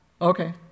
Okay